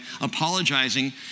apologizing